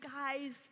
guys